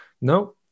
no